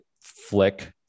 flick